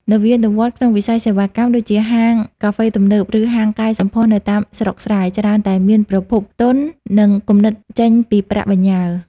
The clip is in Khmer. នវានុវត្តន៍ក្នុងវិស័យសេវាកម្ម ដូចជាហាងកាហ្វេទំនើប ឬហាងកែសម្ផស្សនៅតាមស្រុកស្រែ ច្រើនតែមានប្រភពទុន និងគំនិតចេញពីប្រាក់បញ្ញើ។